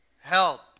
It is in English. help